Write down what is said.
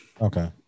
Okay